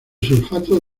sulfato